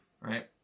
Right